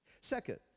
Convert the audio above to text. second